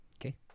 Okay